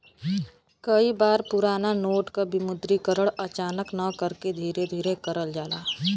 कई बार पुराना नोट क विमुद्रीकरण अचानक न करके धीरे धीरे करल जाला